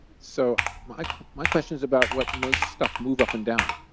so my my question is about what makes stuff move up and down.